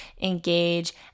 engage